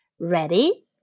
Ready